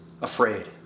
afraid